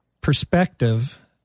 perspective